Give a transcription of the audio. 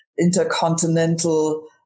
intercontinental